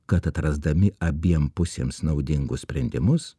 kad atrasdami abiem pusėms naudingus sprendimus